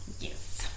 Yes